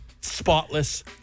Spotless